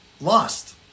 Lost